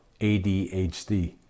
ADHD